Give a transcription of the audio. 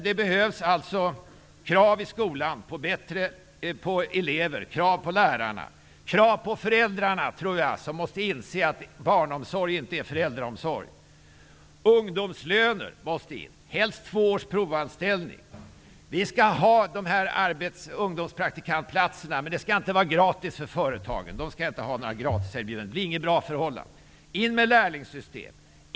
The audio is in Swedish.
Det behövs krav i skolan på eleverna, krav på lärarna och krav på föräldrarna, som måste inse att barnomsorg inte är föräldraomsorg. Ungdomslöner måste införas, helst också två års provanställning. Vi skall ha ungdomspraktikplatser, men de skall inte vara gratis för företagen -- de skall inte ha några gratiserbjudanden; det är inget bra förhållande. In med lärlingssystem!